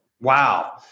Wow